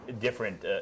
different